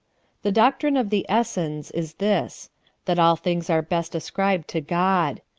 the doctrine of the essens is this that all things are best ascribed to god.